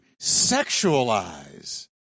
sexualize